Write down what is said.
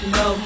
no